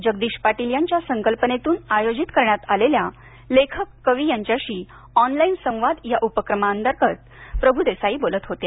जगदीश पाटील यांच्या संकल्पनेतून आयोजित करण्यात आलेल्या लेखक कवी यांच्याशी ऑनलाईन संवाद या उपक्रमांतर्गत लेखिका अनुराधा प्रभूदेसाई बोलत होत्या